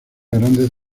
grandes